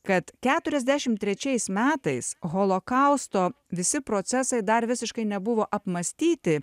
kad keturiasdešim trečiais metais holokausto visi procesai dar visiškai nebuvo apmąstyti